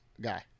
guy